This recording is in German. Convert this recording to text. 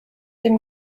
dem